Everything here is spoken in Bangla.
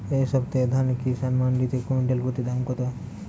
এই সপ্তাহে ধান কিষান মন্ডিতে কুইন্টাল প্রতি দাম কত?